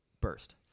burst